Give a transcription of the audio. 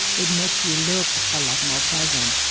it makes you look a lot more pleasant.